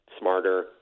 smarter